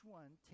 one